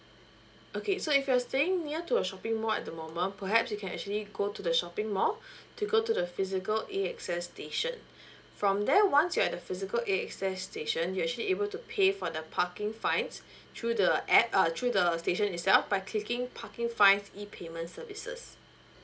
okay so if you're staying near to a shopping mall at the moment perhaps you can actually go to the shopping mall to go to the physical AXS station from there once you're at the physical AXS station you're actually able to pay for the parking fines through the app uh through the station itself by clicking parking fines e payment services